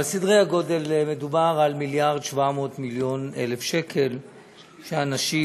אבל מדובר בערך ב-1.7 מיליארד שקל שאנשים